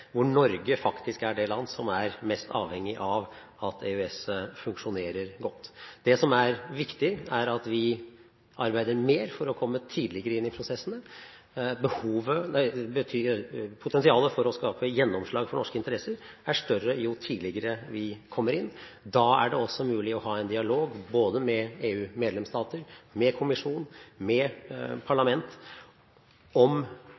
hvor Norge faktisk er det landet som er mest avhengig av at EØS fungerer godt. Det som er viktig, er at vi arbeider mer for å komme tidligere inn i prosessene. Potensialet for å skape gjennomslag for norske interesser er større jo tidligere vi kommer inn. Da er det også mulig å ha en dialog både med EU-medlemsstater, med kommisjonen og med parlamentet om